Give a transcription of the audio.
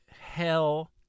hell